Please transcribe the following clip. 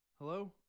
hello